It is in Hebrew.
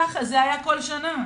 ככה זה היה כל שנה.